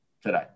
today